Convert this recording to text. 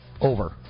over